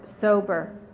sober